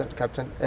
captain